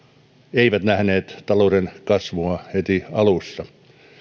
eivät nähneet talouden kasvua heti alussa